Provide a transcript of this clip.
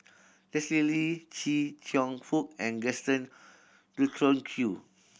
Leslie Kee Chia Cheong Fook and Gaston Dutronquoy